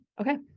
Okay